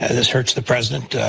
this hurts the president.